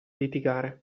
litigare